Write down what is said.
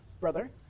brother